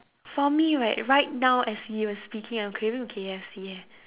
for me right right now as you were speaking I am craving K_F_C eh